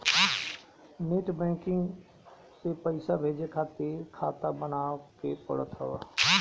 net banking से पईसा भेजे खातिर खाता बानवे के पड़त हअ